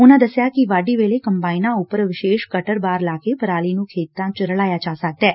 ਉਨਾਂ ਦਸਿਆ ਕਿ ਵਾਢੀ ਵੇਲੇ ਕੰਬਾਇਨਾਂ ਉਪਰ ਵਿਸ਼ੇਸ਼ ਕਟਰ ਬਾਰ ਲਾ ਕੇ ਪਰਾਲੀ ਨੂੰ ਖੇਤਾਂ ਚ ਰਲਾਇਆ ਜਾ ਸਕਦੈ